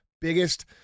biggest